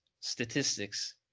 statistics